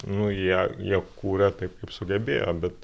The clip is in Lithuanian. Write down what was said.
nu jie jie kūrė taip kaip sugebėjo bet